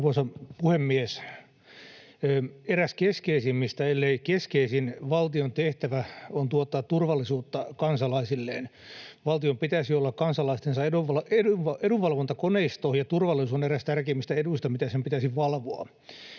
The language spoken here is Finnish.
Arvoisa puhemies! Eräs keskeisimmistä, ellei keskeisin valtion tehtävä on tuottaa turvallisuutta kansalaisilleen. Valtion pitäisi olla kansalaistensa edunvalvontakoneisto, ja turvallisuus on eräs tärkeimmistä eduista, mitä sen pitäisi valvoa.